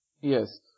Yes